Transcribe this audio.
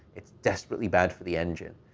it's desperately bad for the engine.